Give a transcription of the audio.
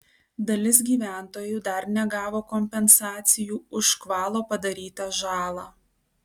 dalis gyventojų dar negavo kompensacijų už škvalo padarytą žalą